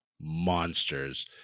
monsters